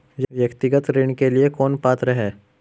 व्यक्तिगत ऋण के लिए कौन पात्र है?